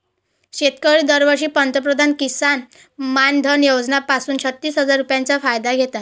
शेतकरी दरवर्षी पंतप्रधान किसन मानधन योजना पासून छत्तीस हजार रुपयांचा फायदा घेतात